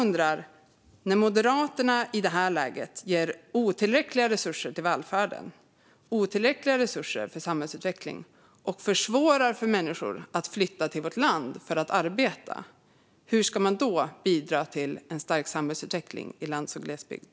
När Moderaterna i detta läge ger otillräckliga resurser till välfärd och samhällsutveckling och försvårar för människor att flytta till vårt land för att arbeta, hur ska de då bidra till en stark samhällsutveckling på lands och glesbygd?